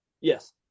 yes